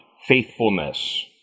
faithfulness